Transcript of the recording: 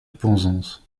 penzance